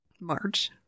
march